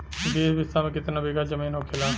बीस बिस्सा में कितना बिघा जमीन होखेला?